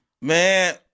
man